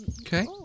Okay